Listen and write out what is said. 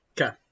okay